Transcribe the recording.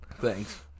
Thanks